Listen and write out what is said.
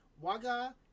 Waga